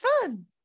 fun